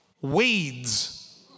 weeds